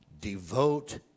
Devote